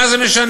מה זה משנה?